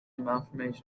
malformation